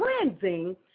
cleansing